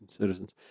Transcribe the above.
citizens